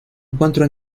encuentro